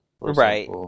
right